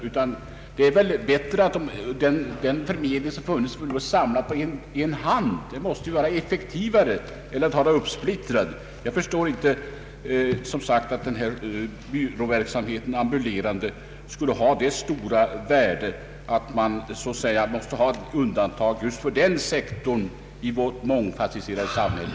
Det måste ju vara mera effektivt att förmedlingsverksamheten samlas på en hand än att den är uppsplittrad på flera. Jag förstår, som sagt, inte att den ambulerande byråverksamheten skulle ha så stort värde att det måste göras undantag just för den sektorn i vårt mångfasetterade samhälle.